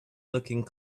looking